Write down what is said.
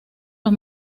los